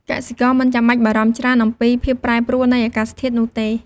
កសិករមិនចាំបាច់បារម្ភច្រើនអំពីភាពប្រែប្រួលនៃអាកាសធាតុនោះទេ។